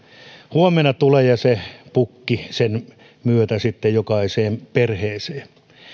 huomenna tule ja se pukki sen myötä jokaiseen perheeseen